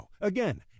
Again